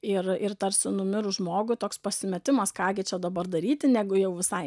ir ir tarsi numirus žmogui toks pasimetimas ką gi čia dabar daryti negu jau visai